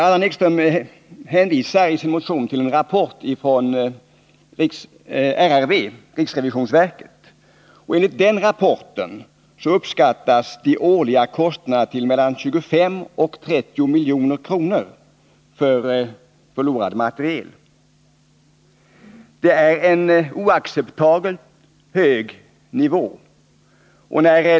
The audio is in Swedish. Allan Ekström hänvisar i sin motion till en rapport från RRV, riksrevisionsverket. Enligt denna rapport uppskattas de årliga kostnaderna för förlorad materiel till mellan 25 och 30 milj.kr. Det är en oacceptabelt hög nivå.